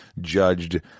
judged